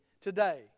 today